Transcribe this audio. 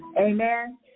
Amen